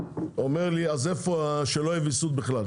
אומר לי שלא יהיה ויסות בכלל.